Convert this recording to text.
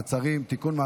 מעצרים) (תיקון,